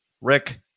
Rick